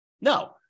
No